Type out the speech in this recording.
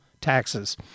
taxes